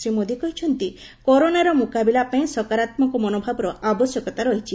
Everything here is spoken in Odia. ଶ୍ରୀ ମୋଦି କହିଛନ୍ତି କରୋନାର ମୁକାବିଲା ପାଇଁ ସକାରାତ୍ମକ ମନୋଭାବର ଆବଶ୍ୟକତା ରହିଛି